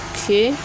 Okay